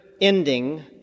ending